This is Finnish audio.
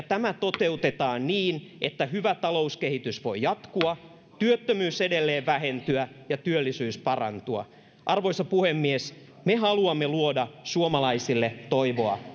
tämä toteutetaan niin että hyvä talouskehitys voi jatkua työttömyys edelleen vähentyä ja työllisyys parantua arvoisa puhemies me haluamme luoda suomalaisille toivoa